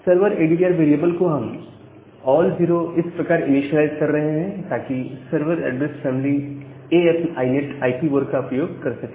server ADDR variable को हम all zero इस प्रकार इनीशिएलाइज कर रहे हैं ताकि server address family AFI net AF INET IPv4 का प्रयोग कर सके